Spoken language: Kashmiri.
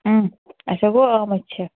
اچھا گوٚو آمٕتۍ چھِ